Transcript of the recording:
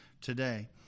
today